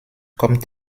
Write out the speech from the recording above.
kommt